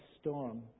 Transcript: storm